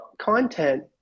content